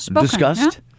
discussed